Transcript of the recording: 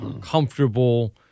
comfortable